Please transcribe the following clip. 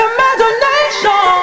Imagination